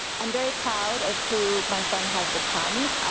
um very proud of who my son has become.